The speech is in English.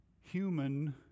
human